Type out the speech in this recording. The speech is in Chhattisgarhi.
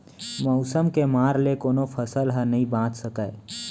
मउसम के मार ले कोनो फसल ह नइ बाच सकय